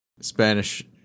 spanish